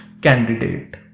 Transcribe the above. candidate